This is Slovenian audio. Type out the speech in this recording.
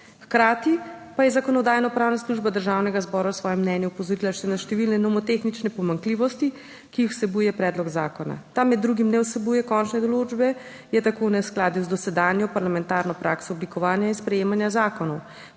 Hkrati pa je Zakonodajno-pravna služba Državnega zbora v svojem mnenju opozorila še na številne nomotehnične pomanjkljivosti, ki jih vsebuje predlog zakona. Ta med drugim ne vsebuje končne določbe, je tako v neskladju z dosedanjo parlamentarno prakso oblikovanja in sprejemanja zakonov.